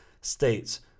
states